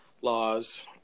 laws